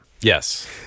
Yes